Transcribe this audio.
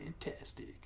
fantastic